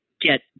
get